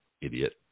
idiot